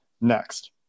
next